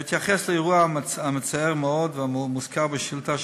בהתייחס לאירוע המצער מאוד המוזכר בשאילתה,